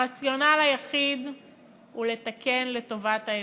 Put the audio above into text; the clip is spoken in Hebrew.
הרציונל היחיד הוא לתקן לטובת האזרח.